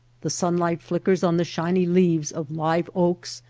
the sunlight flickers on the shiny leaves of live oaks,